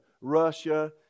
Russia